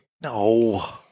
No